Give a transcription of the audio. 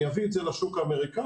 אביא את זה לשוק האמריקאי,